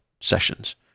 sessions